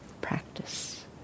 practice